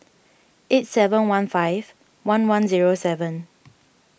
eight seven one five one one zero seven